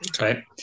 Right